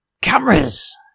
cameras